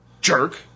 Jerk